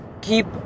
keep